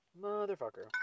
motherfucker